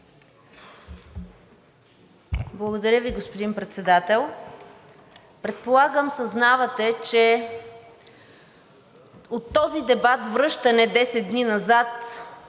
Благодаря Ви, господин Председател. Предполагам, съзнавате, че от този дебат – връщане десет дни назад